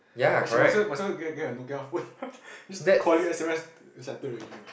then she might as well might as well get get a Nokia phone just do calling s_m_s then settle already ah